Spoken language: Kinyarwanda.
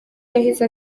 yahise